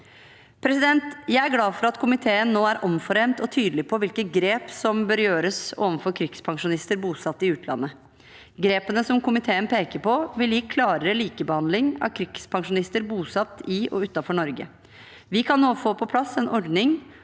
Jeg er glad for at komiteen nå er omforent og tydelig på hvilke grep som bør gjøres overfor krigspensjonister bosatt i utlandet. Grepene komiteen peker på, vil gi klarere likebehandling av krigspensjonister bosatt i og utenfor Norge. Vi kan nå få på plass en ordning